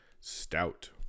stout